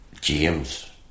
James